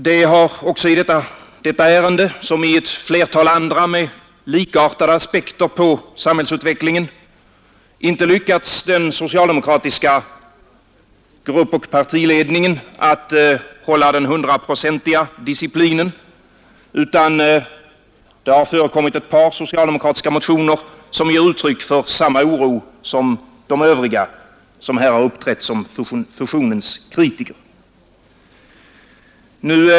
Det har också i detta ärende som i ett flertal andra med likartade aspekter på samhällsutvecklingen inte lyckats den socialdemokratiska gruppoch partiledningen att hålla den hundraprocentiga disciplinen, utan det har väckts ett par socialdemokratiska motioner som ger uttryck för samma oro som de övriga känner som här har uppträtt som fusionens kritiker.